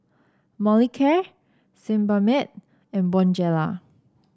Molicare Sebamed and Bonjela